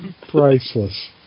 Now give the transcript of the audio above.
Priceless